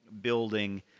building